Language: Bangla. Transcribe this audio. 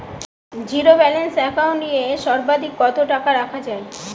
জীরো ব্যালেন্স একাউন্ট এ সর্বাধিক কত টাকা রাখা য়ায়?